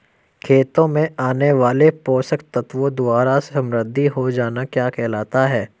खेतों में आने वाले पोषक तत्वों द्वारा समृद्धि हो जाना क्या कहलाता है?